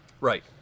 Right